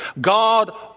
God